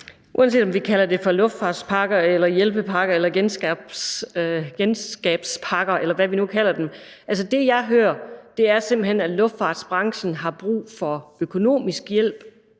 Uanset om vi kalder det for luftfartspakker eller hjælpepakker eller genstartspakker, eller hvad vi nu kalder dem, er det, jeg hører, at luftfartsbranchen simpelt hen har brug for økonomisk hjælp